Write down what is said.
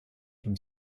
from